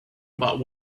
about